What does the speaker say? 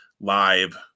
live